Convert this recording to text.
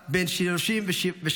בן 37 בנופלו.